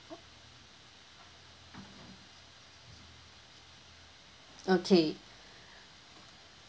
okay